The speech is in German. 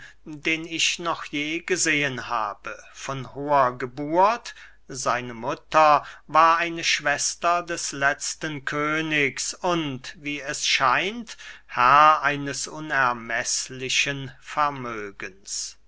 den ich noch gesehen habe von hoher geburt seine mutter war eine schwester des letzten königs und wie es scheint herr eines unermeßlichen vermögens